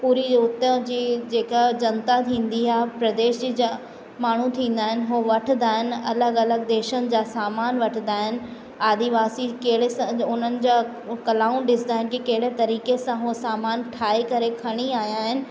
पूरी हुतां जी जेका जनता थींदी आहे प्रदेश जी ज माण्हू थींदा आहिनि उहो वठंदा आहिनि अलॻि अलॻि देशनि जा सामान वठंदा आहिनि आदिवासी कहिड़े स उन्हनि जी कलाऊं ॾिसंदा आहिनि कि कहिड़े तरीक़े सां हू सामान ठाहे करे खणी आया आहिनि